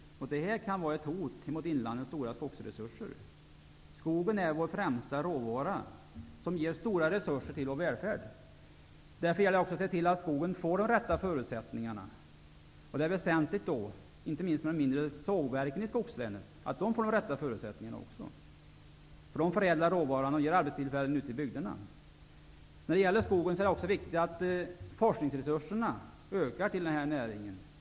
Detta kan vara ett hot mot inlandets stora skogsresurser. Skogen är vår främsta råvara och ger stora resurser till vår välfärd. Därför gäller det också att se till att skogen får de rätta förutsättningarna. Det är väsentligt att också de mindre sågverken i skogslänen får de rätta förutsättningarna. De förädlar råvaran och skapar arbetstillfällen ute i bygderna. Det är också viktigt att forskningsresurserna ökar till skogsnäringen.